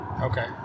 Okay